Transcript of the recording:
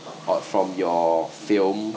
or from your film